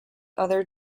other